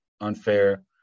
unfair